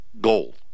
gold